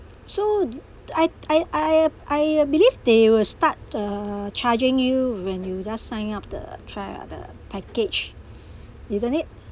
so d~ I I I I believe they will start uh charging you when you just sign up the trial the package isn't it